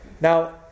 Now